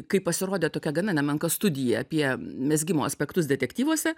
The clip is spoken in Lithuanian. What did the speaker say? kai pasirodė tokia gana nemenka studija apie mezgimo aspektus detektyvuose